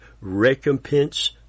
recompense